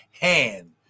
hand